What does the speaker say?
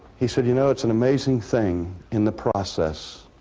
he said you know, it's an amazing thing in the process.